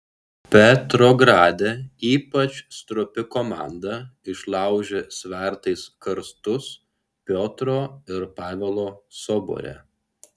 petrograde ypač stropi komanda išlaužė svertais karstus piotro ir pavelo sobore